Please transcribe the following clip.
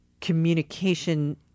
communication